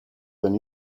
than